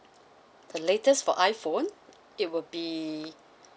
the latest for iphone it will be